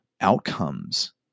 outcomes